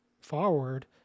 forward